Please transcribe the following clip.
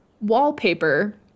wallpaper